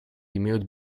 имеют